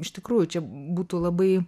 iš tikrųjų čia būtų labai